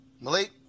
Malik